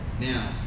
Now